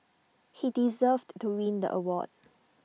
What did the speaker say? he deserved to win the award